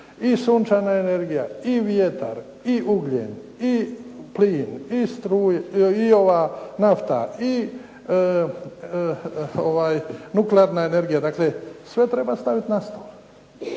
I sunčana energija i vjetar i ugljen i plin i nafta i nuklearna energija. Dakle sve treba staviti na stol.